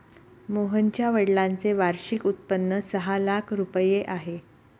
मोहनच्या वडिलांचे वार्षिक उत्पन्न सहा लाख रुपये आहे